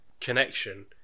connection